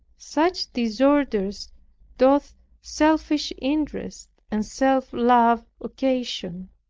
such disorders doth selfish interest and self-love occasion.